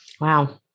Wow